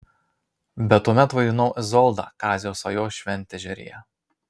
bet tuomet vaidinau izoldą kazio sajos šventežeryje